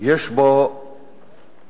יש בו יושר,